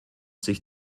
sich